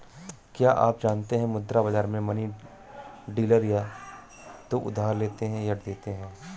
क्या आप जानते है मुद्रा बाज़ार में मनी डीलर या तो उधार लेते या देते है?